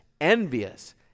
envious